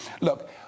Look